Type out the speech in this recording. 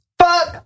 fuck